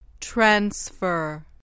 Transfer